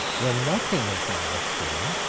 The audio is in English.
when nothing is on the screen,